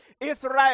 Israel